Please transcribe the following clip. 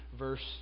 Verse